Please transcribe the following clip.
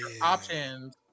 options